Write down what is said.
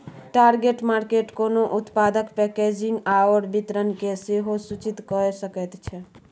target market कोनो उत्पादक packaging आओर वितरणकेँ सेहो सूचित कए सकैत छै